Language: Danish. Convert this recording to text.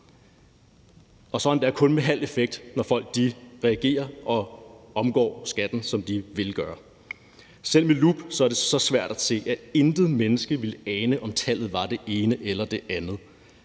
og så endda kun med halv effekt, når folk reagerer og omgår skatten, som de vil gøre. Selv med lup er det så svært at se, at intet menneske ville ane, om tallet var det ene eller det andet.